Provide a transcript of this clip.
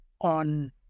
on